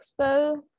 expo